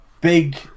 big